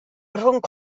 rhwng